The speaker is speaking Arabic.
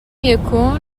يكن